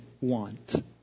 want